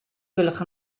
gwelwch